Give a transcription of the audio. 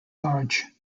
large